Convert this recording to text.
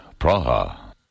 Praha